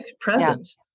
presence